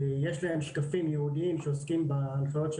יש להם שקפים ייעודיים שעוסקים בהנחיות של